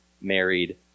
married